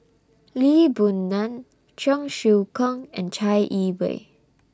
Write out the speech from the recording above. Lee Boon Ngan Cheong Siew Keong and Chai Yee Wei